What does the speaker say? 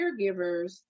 caregivers